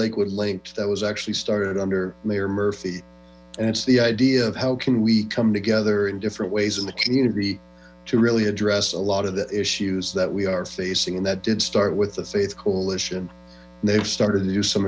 lakewood linked that was actually started under mayor murphy and it's the idea of how can we come together in different ways in the community to really address a lot of the issues that we are facing and that did start with the faith coalition they've started to do some